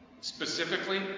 Specifically